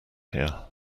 here